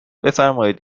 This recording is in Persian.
بفرمایید